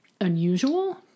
unusual